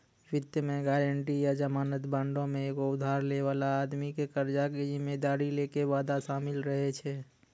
वित्त मे गायरंटी या जमानत बांडो मे एगो उधार लै बाला आदमी के कर्जा के जिम्मेदारी लै के वादा शामिल रहै छै